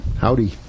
Howdy